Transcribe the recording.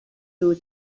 two